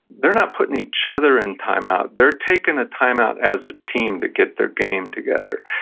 they're not putting each other in time-out, they're taking a time-out as a team to get their game together.